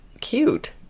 cute